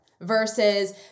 versus